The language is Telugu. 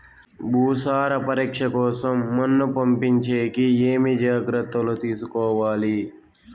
భూసార పరీక్ష కోసం మన్ను పంపించేకి ఏమి జాగ్రత్తలు తీసుకోవాలి?